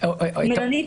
במלונית